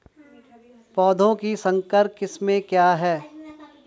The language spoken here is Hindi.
पौधों की संकर किस्में क्या क्या हैं?